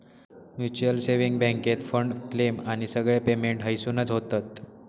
mutual saving बॅन्केत fund, claim आणि सगळे पेमेंट हयसूनच होतत